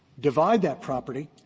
divide that property,